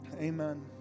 amen